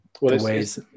ways